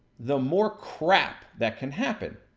the more crap, that can happen,